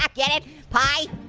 um get it, pie,